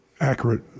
accurate